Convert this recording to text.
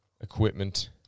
equipment